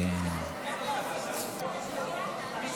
סטרוק.